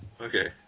Okay